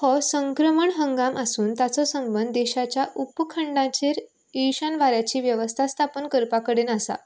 हो संक्रमण हंगाम आसून ताचो संबंद देशाच्या उपखंडांचेर एशन वाऱ्याची वेवस्था स्थापन करपा कडेन आसा